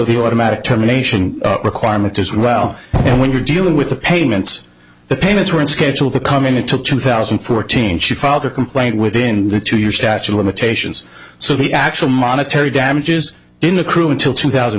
the automatic term nation requirement as well and when you're dealing with the payments the payments were in schedule to come in and took two thousand and fourteen she filed a complaint within due to your statue of limitations so the actual monetary damages in accrue until two thousand